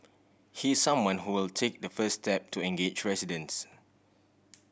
he is someone who will take the first step to engage residents